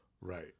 Right